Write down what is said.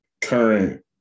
current